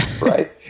Right